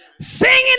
singing